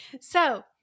so-